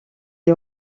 est